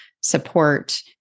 support